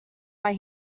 mae